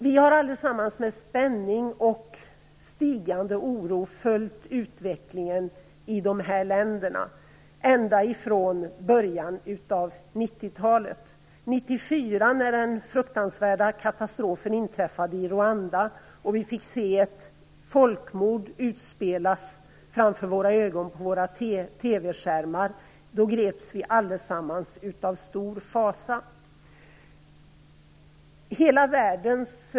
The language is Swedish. Vi har allesammans med spänning och stigande oro följt utvecklingen i de här länderna ända sedan början av 90-talet. 1994, då den fruktansvärda katastrofen inträffade i Rwanda och vi fick se ett folkmord utspelas inför våra ögon på TV-skärmarna, greps vi alla av stor fasa.